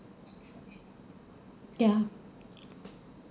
ya